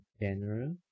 general